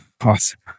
awesome